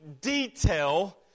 detail